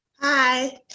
Hi